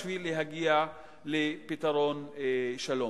בשביל להגיע לפתרון שלום.